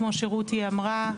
כמו שרותי אמרה,